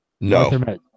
No